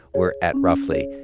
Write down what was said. we're at roughly.